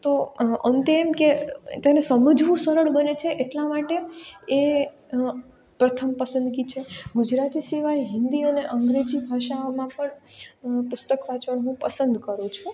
તો અંતે એમ કે તેને સમજવું સરળ બને છે એટલા માટે એ પ્રથમ પસંદગી છે ગુજરાતી સિવાય હિન્દી અને અંગ્રેજી ભાષાઓમાં પણ પુસ્તક વાંચવાનું પસંદ કરું છું